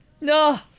no